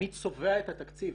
אני צובע את התקציב.